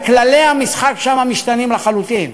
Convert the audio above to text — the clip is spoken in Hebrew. וכללי המשחק שם משתנים לחלוטין.